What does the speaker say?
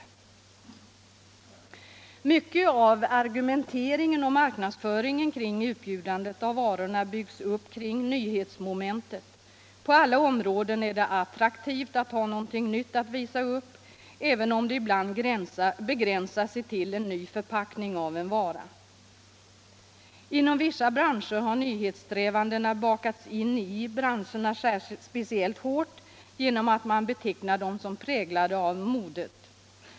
Mycket av argumenteringen och marknadsföringen kring utbjudandet av varorna byggs upp kring nyhetsmomentet. På alla områden är det attraktivt att ha något nytt att visa upp, även om det ibland begränsar sig till en ny förpackning av en vara. Inom vissa branscher har nyhetssträvandena bakats in i branscherna speciellt hårt genom att man betecknar dem som präglade av ”modet”.